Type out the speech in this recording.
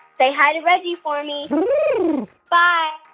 say hi to reggie for me bye